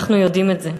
אנחנו יודעים את זה.